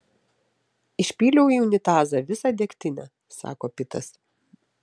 išpyliau į unitazą visą degtinę sako pitas